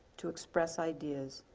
to express ideas,